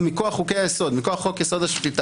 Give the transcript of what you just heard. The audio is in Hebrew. מבט השוואתי.